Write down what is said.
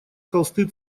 холсты